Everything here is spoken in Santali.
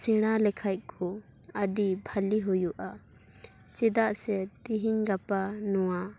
ᱥᱮᱬᱟ ᱞᱮᱠᱷᱟᱡ ᱠᱚ ᱟᱹᱰᱤ ᱵᱷᱟᱞᱮ ᱦᱩᱭᱩᱜᱼᱟ ᱪᱮᱫᱟᱜ ᱥᱮ ᱛᱮᱦᱮᱧ ᱜᱟᱯᱟ ᱱᱚᱣᱟ